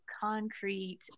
concrete